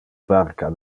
barca